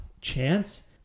chance